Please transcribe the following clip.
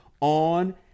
on